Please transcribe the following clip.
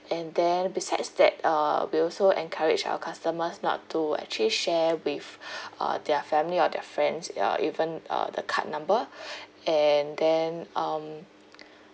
and then besides that uh we also encourage our customers not to actually share with uh their family or their friends ya even uh the card number and then um